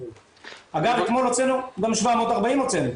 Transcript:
אגב, אתמול גם 740 הוצאנו.